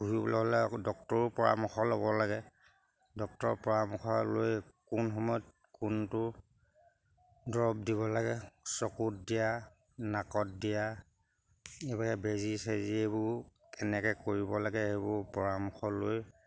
পুহিবলৈ হ'লে ডক্টৰৰো পৰামৰ্শ ল'ব লাগে ডক্টৰৰ পৰামৰ্শ লৈ কোন সময়ত কোনটো দৰৱ দিব লাগে চকুত দিয়া নাকত দিয়া এইবাৰ বেজি চেজি এইবোৰ কেনেকে কৰিব লাগে এইবোৰ পৰামৰ্শ লৈ